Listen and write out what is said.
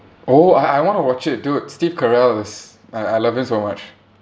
oh I I want to watch it dude steve carell is I I love him so much